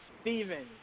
Steven